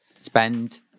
Spend